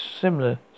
similar